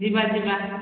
ଯିବା ଯିବା